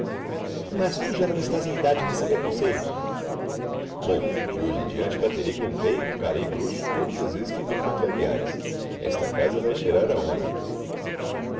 mas tu já não estás em idade de receber conselhos bom de hoje em diante baterei com o pé e roncarei grosso todas as vezes que me contrariares esta casa vai cheirar a homem